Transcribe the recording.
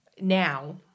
now